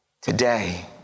Today